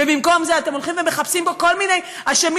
ובמקום זה אתם הולכים ומחפשים פה כל מיני אשמים,